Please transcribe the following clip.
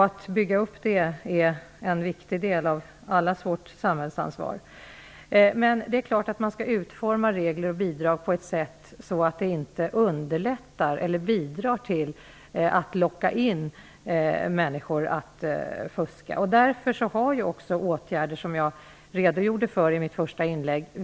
Att bygga upp detta är en viktig del av allas vårt samhällsansvar. Det är klart att man skall utforma regler och bidrag på ett sätt som inte underlättar eller bidrar till att locka människor till att fuska. Därför har också åtgärder vidtagits, vilket jag redogjorde för i mitt första inlägg.